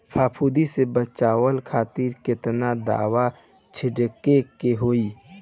फाफूंदी से बचाव खातिर केतना दावा छीड़के के होई?